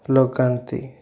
ଲଗାନ୍ତି